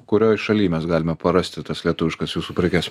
kurioj šalyj mes galime parasti tas lietuviškas jūsų prekes